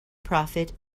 profit